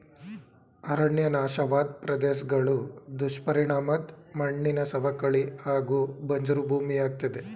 ಅರಣ್ಯ ನಾಶವಾದ್ ಪ್ರದೇಶ್ಗಳು ದುಷ್ಪರಿಣಾಮದ್ ಮಣ್ಣಿನ ಸವಕಳಿ ಹಾಗೂ ಬಂಜ್ರು ಭೂಮಿಯಾಗ್ತದೆ